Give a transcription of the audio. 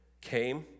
came